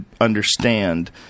understand